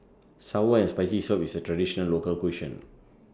Sour and Spicy Soup IS A Traditional Local Cuisine